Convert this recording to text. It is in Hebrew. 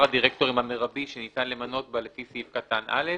הדירקטורים המרבי שניתן למנות בה לפי סעיף קטן (א)